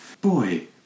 Boy